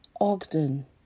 Ogden